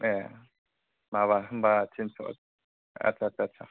ए माबा होनबा थिनस' आच्छा आच्छा